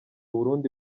burundi